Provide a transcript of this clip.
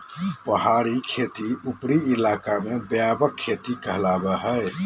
पहाड़ी खेती उपरी इलाका में व्यापक खेती हइ